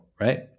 right